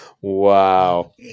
Wow